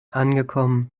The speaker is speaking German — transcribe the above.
angekommen